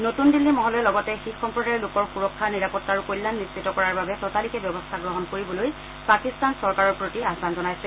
নতুন দিন্নী মহলে লগতে শিখ সম্প্ৰদায়ৰ লোকৰ সূৰক্ষা নিৰাপত্তা আৰু কল্যাণ নিশ্চিত কৰাৰ বাবে ততালিকে ব্যৱস্থা গ্ৰহণ কৰিবলৈ পাকিস্তান চৰকাৰৰ প্ৰতি আহান জনাইছে